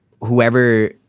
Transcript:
whoever